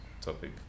topic